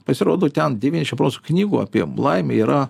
pasirodo ten devyniasdešim procentų knygų apie laimę yra